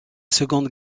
seconde